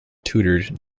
tutored